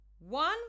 One